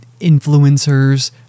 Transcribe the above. influencers